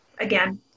again